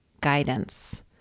guidance